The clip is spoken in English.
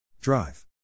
Drive